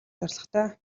зорилготой